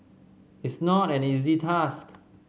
it's not an easy task